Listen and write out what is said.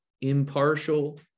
impartial